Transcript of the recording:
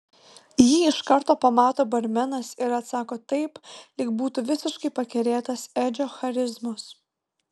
jį iš karto pamato barmenas ir atsako taip lyg būtų visiškai pakerėtas edžio charizmos